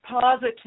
positive